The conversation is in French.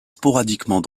sporadiquement